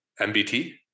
MBT